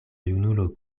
junulo